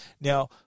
Now